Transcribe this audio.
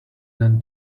than